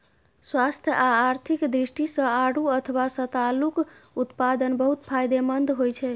स्वास्थ्य आ आर्थिक दृष्टि सं आड़ू अथवा सतालूक उत्पादन बहुत फायदेमंद होइ छै